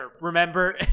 remember